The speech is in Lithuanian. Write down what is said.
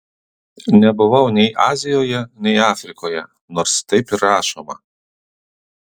nebuvau nei azijoje nei afrikoje nors taip ir rašoma